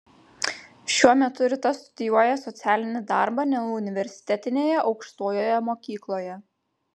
šiuo metu rita studijuoja socialinį darbą neuniversitetinėje aukštojoje mokykloje